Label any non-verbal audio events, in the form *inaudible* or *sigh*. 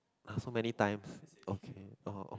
!huh! so many times okay orh *noise*